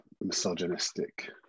misogynistic